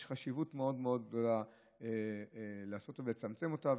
יש חשיבות מאוד מאוד גדולה לצמצם אותם.